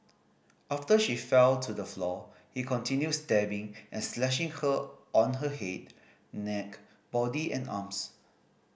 after she fell to the floor he continued stabbing and slashing her on her head neck body and arms